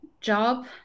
job